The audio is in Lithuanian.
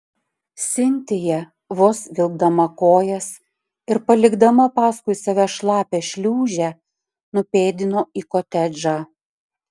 sintija vos vilkdama kojas ir palikdama paskui save šlapią šliūžę nupėdino į kotedžą